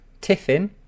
tiffin